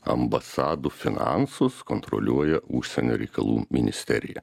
ambasadų finansus kontroliuoja užsienio reikalų ministerija